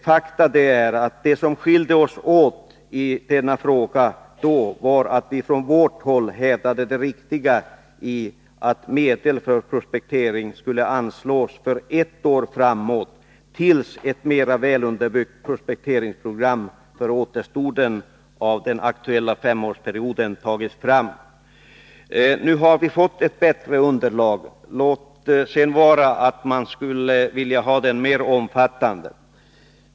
Faktum är att det som skilde oss åt i denna fråga då var att vi från vårt håll hävdade det riktiga i att medel för prospektering skulle anslås för ett år framåt tills ett mera underbyggt prospekteringsprogram för återstoden av den aktuella femårsperioden tagits fram. Nu har vi fått ett bättre underlag, låt vara att man skulle vilja ha det mer omfattande.